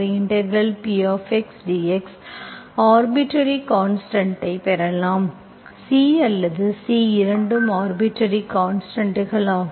C அல்லது C இரண்டும் arbitrary கான்ஸ்டன்ட்கள் ஆகும்